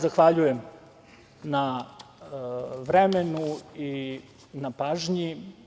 Zahvaljujem se na vremenu i na pažnji.